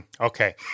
Okay